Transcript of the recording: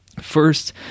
First